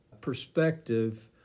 perspective